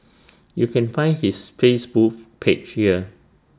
you can find his Facebook page here